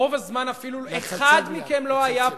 רוב הזמן אפילו אחד מכם לא היה פה.